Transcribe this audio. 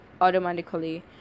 automatically